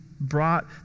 brought